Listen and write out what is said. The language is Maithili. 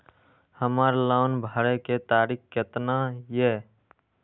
हमर लोन भरे के तारीख केतना ये?